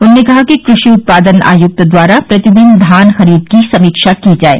उन्होंने कहा कि कृषि उत्पादन आयुक्त द्वारा प्रतिदिन धान खरीद की समीक्षा की जाये